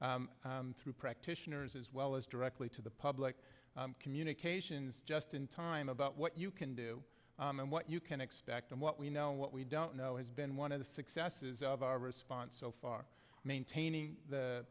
levels through practitioners as well as directly to the public communications just in time about what you can do and what you can expect and what we know what we don't know has been one of the successes of our response so far maintaining the